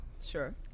Sure